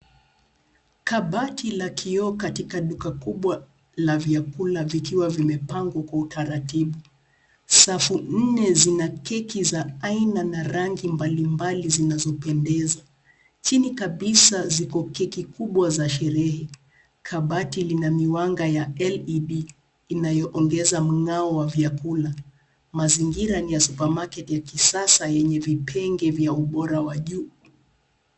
Kabati la kioo katika duka kubwa la vyakula vikiwa vimepangwa kwa utaratibu. Safu nne zina keki za aina na rangi mbalimbali zinazopendeza. Chini kabisa ziko keki kubwa za sherehe. Kabati lina miwanga la cs[LED]cs inayoongeza mng'ao wa vyakula. Mazingira ni ya cs[supermarket]cs ya kisasa yenye vipenge vya ubora wa juu.